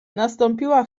nastąpiła